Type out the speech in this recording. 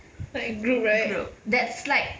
like group right